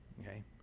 Okay